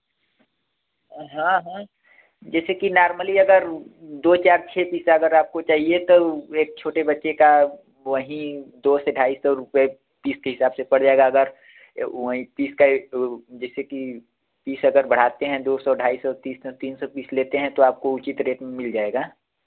हाँ हाँ जैसे कि नार्मली अगर दो चार छः पीस अगर आपको चाहिए तो वही एक छोटे बच्चे का वहीं दो से ढाई सौ रुपये पीस के हिसाब से पर जाएगा अगर यह वहीं पीस का ए वह जैसे कि पीस अगर बढ़ाते हैं दो सौ ढाई सौ तीन सौ पीस लेते हैं तो आपको उचित रेट में मिल जाएगा